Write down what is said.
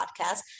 podcast